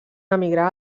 emigrar